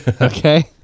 okay